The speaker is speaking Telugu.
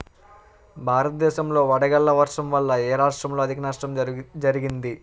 భారతదేశం లో వడగళ్ల వర్షం వల్ల ఎ రాష్ట్రంలో అధిక నష్టం జరిగింది?